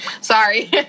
Sorry